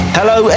Hello